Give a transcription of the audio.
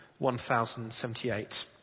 1078